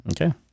Okay